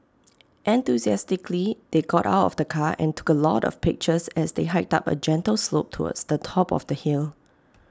enthusiastically they got out of the car and took A lot of pictures as they hiked up A gentle slope towards the top of the hill